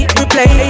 replay